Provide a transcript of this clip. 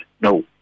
No